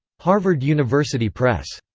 harvard university press.